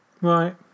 Right